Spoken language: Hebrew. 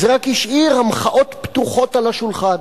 זה רק השאיר המחאות פתוחות על השולחן.